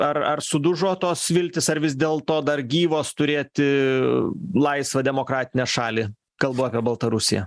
ar ar sudužo tos viltys ar vis dėlto dar gyvos turėti laisvą demokratinę šalį kalba apie baltarusiją